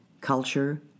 culture